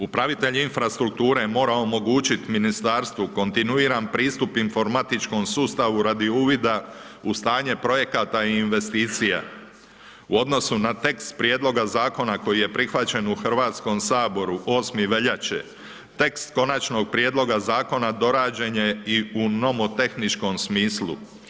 Upravitelj infrastrukture, mora omogućiti ministarstvu, kontinuirani pristup informatičkom sustavu radi uvida u stanje projekata i investicija, u odnosu na tekst prijedlogu zakona, koji je prihvaćen u Hrvatskom saboru 8. veljače, tekst konačnog prijedloga zakona dorađen je i u nomotehničkom smislu.